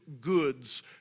goods